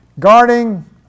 Guarding